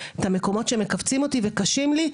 את המקומות שמכווצים אותי וקשים לי,